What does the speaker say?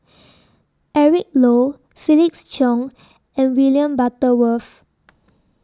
Eric Low Felix Cheong and William Butterworth